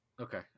Okay